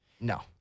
No